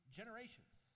generations